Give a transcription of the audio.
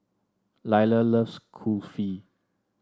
Lyla loves Kulfi